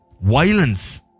Violence